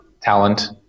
talent